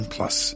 Plus